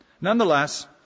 Nonetheless